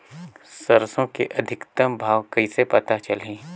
सरसो के अधिकतम भाव कइसे पता चलही?